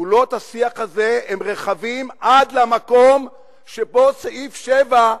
גבולות השיח הזה הם רחבים עד למקום שבו סעיף 7,